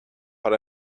but